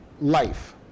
life